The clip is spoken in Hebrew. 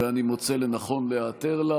ואני מוצא לנכון להיעתר לה.